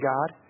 God